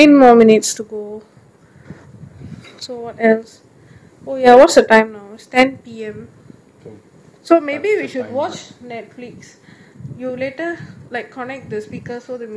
so what else ohya what's the time now ten P_M so maybe we should watch netflix you later like connect the speakers so the music is louder ya